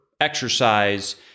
exercise